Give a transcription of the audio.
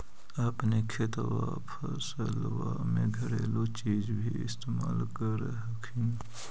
अपने खेतबा फसल्बा मे घरेलू चीज भी इस्तेमल कर हखिन?